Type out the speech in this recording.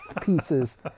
pieces